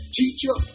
teacher